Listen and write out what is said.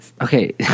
okay